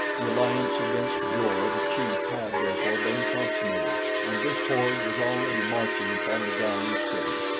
the alliance against jor the chief had, therefore, been consummated, and this horde was already marching upon the galu city.